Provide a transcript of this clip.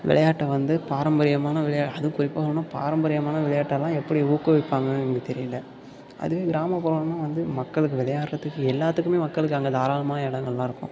விளையாட்ட வந்து பாரம்பரியமான விளை அதும் குறிப்பாக சொல்லணுன்னா பாரம்பரியமான விளையாட்டெலாம் எப்படி ஊக்குவிப்பாங்கன்னு எங்களுக்கு தெரியல அதுவே கிராமப்புறம்னால் வந்து மக்களுக்கு விளையாடுறதுக்கு எல்லாத்துக்குமே மக்களுக்கு அங்கே தாராளமான இடங்கள்லாம் இருக்கும்